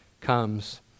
comes